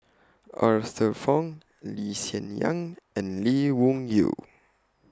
Arthur Fong Lee Hsien Yang and Lee Wung Yew